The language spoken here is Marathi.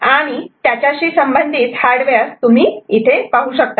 आणि त्याच्याशी संबंधित हार्डवेअर तुम्ही इथे पाहू शकतात